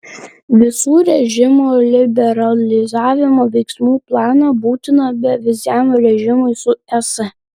vizų režimo liberalizavimo veiksmų planą būtiną beviziam režimui su es